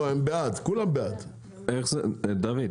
דוד,